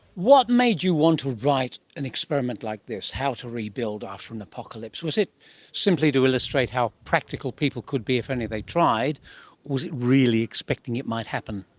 what made you want to write an experiment like this, how to rebuild after an apocalypse? was it simply to illustrate how practical people could be if only they tried, or was it really expecting it might happen?